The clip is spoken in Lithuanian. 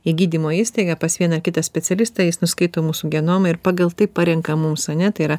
į gydymo įstaigą pas vieną ar kitą specialistą jis nuskaito mūsų genomą ir pagal tai parenka mums ane tai yra